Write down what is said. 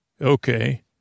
Okay